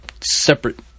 separate